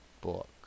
book